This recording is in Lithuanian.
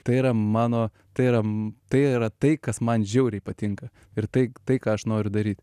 tai yra mano tai yra tai yra tai kas man žiauriai patinka ir tai tai ką aš noriu daryt